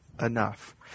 enough